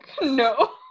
no